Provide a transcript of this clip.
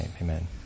Amen